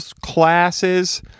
classes